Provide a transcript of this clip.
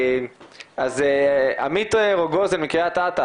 מי שאני אתן